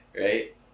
Right